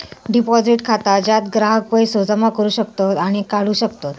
deposit खाता ज्यात ग्राहक पैसो जमा करू शकतत आणि काढू शकतत